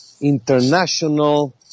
international